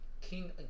King